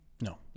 no